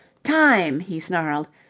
time! he snarled,